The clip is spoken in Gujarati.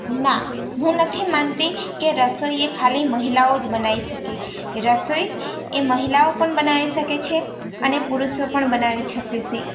ના હું નથી માનતી કે રસોઈ એ ખાલી મહિલાઓ જ બનાવી શકે રસોઈ એ મહિલાઓ પણ બનાવી શકે છે અને પુરુષો પણ બનાવી શકે છે